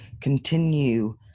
continue